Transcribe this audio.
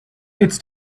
it’s